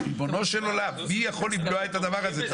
ריבונו של עולם, מי יכול לבלוע את הדבר הזה?